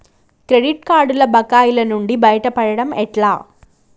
Credit కార్డుల బకాయిల నుండి బయటపడటం ఎట్లా?